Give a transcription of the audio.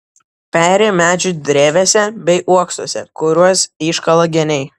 peri medžių drevėse bei uoksuose kuriuos iškala geniai